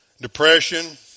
depression